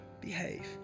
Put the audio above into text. behave